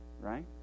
right